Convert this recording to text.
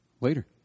Later